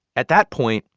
at that point,